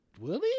Willie